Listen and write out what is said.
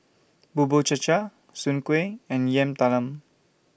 Bubur Cha Cha Soon Kuih and Yam Talam